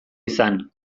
izan